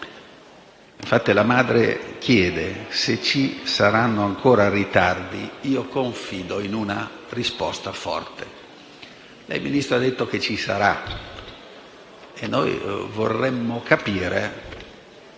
madre ha detto che, se ci saranno ancora ritardi, confida in una risposta forte. Lei, Ministro, ha detto che ci sarà e noi vorremo capire